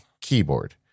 keyboard